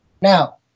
Now